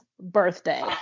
birthday